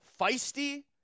feisty